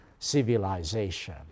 civilization